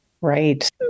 Right